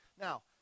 Now